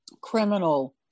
criminal